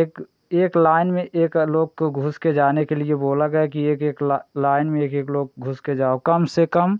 एक एक लाइन में एक लोग को घुस के जाने के लिए बोला गया कि एक एक लाइन में एक एक लोग घुस के जाओ कम से कम